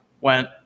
went